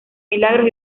milagros